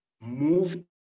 move